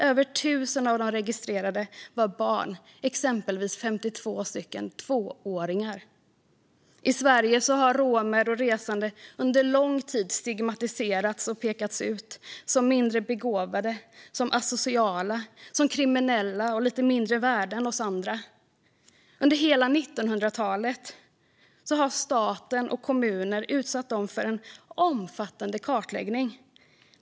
Över tusen av de registrerade var barn, exempelvis 52 tvååringar. I Sverige har romer och resande under lång tid stigmatiserats och pekats ut som mindre begåvade, som asociala, som kriminella och som lite mindre värda än vi andra. Under hela 1900-talet utsatte staten och kommuner dem för en omfattande kartläggning.